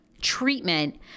treatment